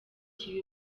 kiba